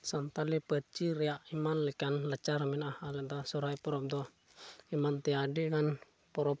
ᱥᱟᱱᱛᱟᱲᱤ ᱯᱟᱹᱨᱥᱤ ᱨᱮᱭᱟᱜ ᱮᱢᱟᱱ ᱞᱮᱠᱟᱱ ᱞᱟᱪᱟᱨ ᱢᱮᱱᱟᱜᱼᱟ ᱟᱞᱮ ᱫᱚ ᱥᱚᱦᱨᱟᱭ ᱯᱚᱨᱚᱵᱽ ᱫᱚ ᱮᱢᱟᱱ ᱛᱮᱭᱟᱜ ᱟᱹᱰᱤ ᱜᱟᱱ ᱯᱚᱨᱚᱵᱽ